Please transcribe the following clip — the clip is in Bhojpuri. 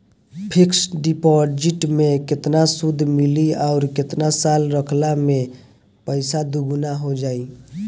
फिक्स डिपॉज़िट मे केतना सूद मिली आउर केतना साल रखला मे पैसा दोगुना हो जायी?